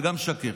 וגם משקרת.